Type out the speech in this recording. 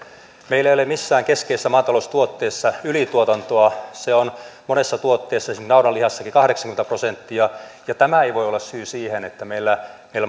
meillä ei ole missään keskeisessä maataloustuotteessa ylituotantoa se on monessa tuotteessa esimerkiksi naudanlihassakin kahdeksankymmentä prosenttia ja tämä ei voi olla syy siihen että meillä